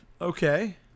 Okay